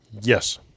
Yes